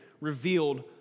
revealed